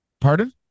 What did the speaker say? Pardon